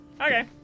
okay